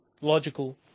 logical